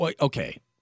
Okay